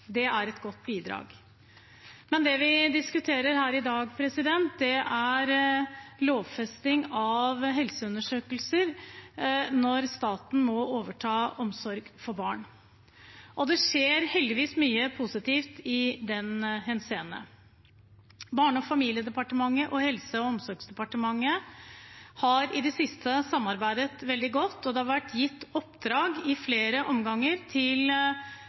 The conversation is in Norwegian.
Det er et godt bidrag. Det vi diskuterer her i dag, er imidlertid lovfesting av helseundersøkelser når staten må overta omsorg for barn, og det skjer heldigvis mye positivt i den henseende. Barne- og familiedepartementet og Helse- og omsorgsdepartementet har i det siste samarbeidet veldig godt, og det har i flere omganger vært gitt oppdrag